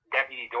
Deputy